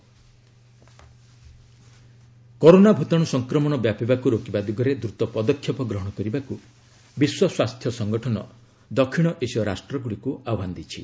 corona WHO corona ଭୂତାଣୁ ସଂକ୍ରମଣ ବ୍ୟାପିବାକୁ ରୋକିବା ଦିଗରେ ଦ୍ରତ ପଦକ୍ଷେପ ଗ୍ରହଣ କରିବାକୁ ବିଶ୍ୱ ସ୍ୱାସ୍ଥ୍ୟ ସଂଗଠନ ଦକ୍ଷିଣ ଏସୀୟ ରାଷ୍ଟ୍ରଗୁଡ଼ିକୁ ଆହ୍ୱାନ ଦେଇଛି